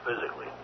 physically